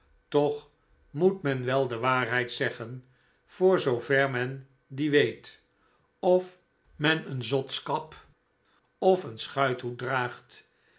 toch moet men wel de waarheid zeggen voor zoover men die weet of men een zotskap of een schuithoed draagt